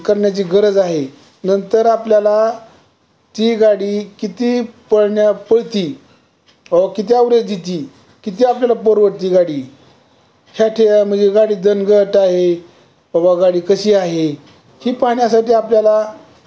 करण्याची गरज आहे नंतर आपल्याला ती गाडी किती पळण्या पळते अ किती अवरेज देते किती आपल्याला परवडते गाडी ह्या ठे म्हणजे गाडी दणकट आहे बाबा गाडी कशी आहे ही पाहण्यासाठी आपल्याला